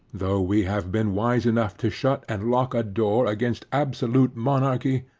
though we have been wise enough to shut and lock a door against absolute monarchy,